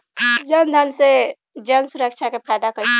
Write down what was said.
जनधन से जन सुरक्षा के फायदा कैसे मिली?